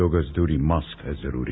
दो गज दूरी मास्क है जरूरी